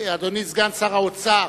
אדוני סגן שר האוצר,